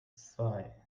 zwei